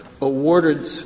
awarded